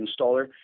installer